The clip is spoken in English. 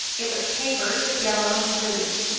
it was papered with yellow and blue.